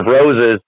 roses